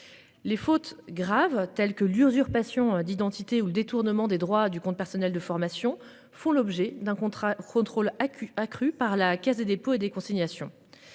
Les fautes graves telles que l'usurpation d'identité ou le détournement des droits du compte personnel de formation font l'objet d'un contrat contrôle accu accrue par la Caisse des dépôts et des consignations.